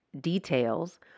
Details